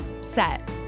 set